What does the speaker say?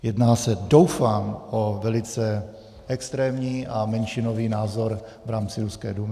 Jedná se doufám o velice extrémní a menšinový názor v rámci ruské Dumy.